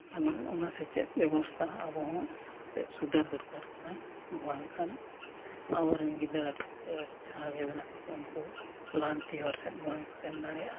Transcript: ᱟᱨ ᱚᱱᱟ ᱥᱮᱪᱮᱫ ᱵᱮᱵᱚᱥᱛᱟ ᱟᱵᱚᱦᱚᱸ ᱛᱮᱫ ᱥᱩᱫᱷᱟᱹᱨ ᱫᱚᱨᱠᱟᱨ ᱠᱟᱱᱟ ᱵᱟᱝᱠᱷᱟᱱ ᱟᱵᱚᱨᱮᱱ ᱜᱤᱫᱟᱹᱨ ᱯᱤᱫᱟᱹᱨ ᱡᱟᱦᱟᱸᱜᱮ ᱢᱮᱱᱟᱜ ᱠᱚᱣᱟ ᱩᱱᱠᱩ ᱞᱟᱦᱟᱱᱛᱤ ᱦᱚᱨ ᱥᱮᱫ ᱵᱟᱝ ᱠᱚ ᱥᱮᱱ ᱫᱟᱲᱮᱭᱟᱜᱼᱟ